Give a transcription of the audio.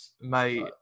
Mate